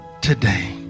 today